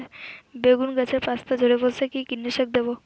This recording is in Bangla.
বেগুন গাছের পস্তা ঝরে পড়ছে কি কীটনাশক দেব?